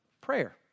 prayer